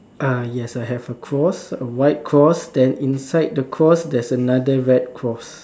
uh yes I have a cross a white cross then inside a cross there's another red cross